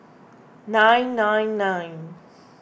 nine nine nine